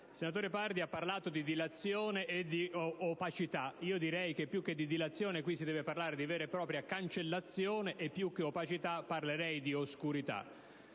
senatore Pardi ha parlato di dilazione e di opacità. Io direi che più che di dilazione qui si deve parlare di vera e propria cancellazione, e più che di opacità parlerei di oscurità.